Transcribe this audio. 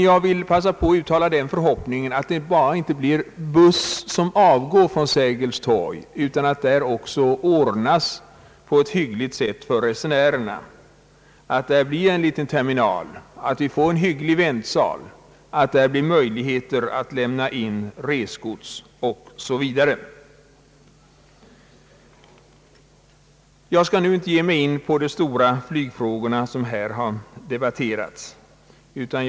Jag vill passa på att uttala den förhoppningen, att det inte bara blir en buss som avgår från Sergels torg, utan att där också ordnas på ett hyggligt sätt för resenärerna, att där blir en terminal, att vi får en hygglig väntsal, att där blir möjligheter att lämna in resgods osv. På de flygfrågor i övrigt som har debatterats här, skall jag inte ge mig in.